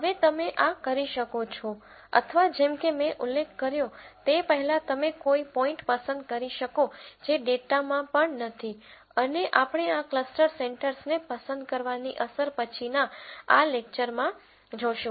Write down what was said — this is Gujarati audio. હવે તમે આ કરી શકો છો અથવા જેમ કે મેં ઉલ્લેખ કર્યો તે પહેલાં તમે કોઈ પોઈન્ટ પસંદ કરી શકો જે ડેટામાં પણ નથી અને આપણે આ ક્લસ્ટર સેન્ટર્સને પસંદ કરવાની અસર પછીના આ લેકચરમાં જોશું